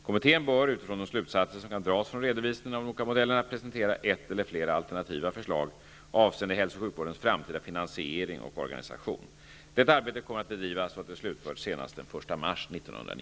Kommittén bör, utifrån de slutsatser som kan dras från redovisningen av de olika modellerna, presentera ett eller flera alternativa förslag avseende hälso och sjukvårdens framtida finansiering och organisation. Detta arbete kommer att bedrivas så att det är slutfört senast den